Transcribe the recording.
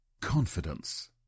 confidence